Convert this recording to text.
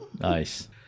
Nice